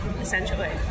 essentially